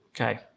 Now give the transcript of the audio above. Okay